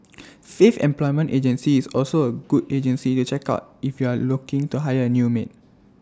faith employment agency is also A good agency to check out if you are looking to hire A new maid